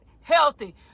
healthy